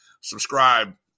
subscribe